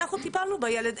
אנחנו טיפלנו בילד,